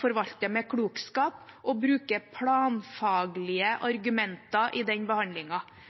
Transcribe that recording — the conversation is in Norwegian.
forvalter med klokskap og med bruk av planfaglige argumenter i